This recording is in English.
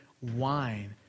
wine